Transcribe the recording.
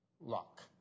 luck